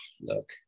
look